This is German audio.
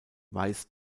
weiß